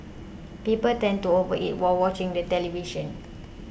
people tend to overeat while watching the television